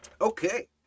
Okay